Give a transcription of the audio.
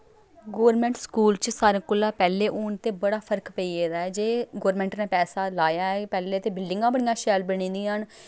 government school च सारें कोला पैह्लें हून ते बड़ा फर्क पेई गेदा ऐ जे गोरमैंट नै पैसा लाया ऐ पैह्लें ते बिल्डिंगां बड़ियां शैल बनी दियां न